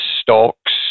stocks